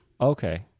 Okay